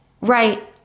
right